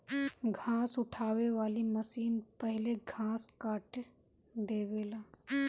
घास उठावे वाली मशीन पहिले घास काट देवेला